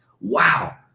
wow